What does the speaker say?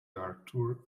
arthur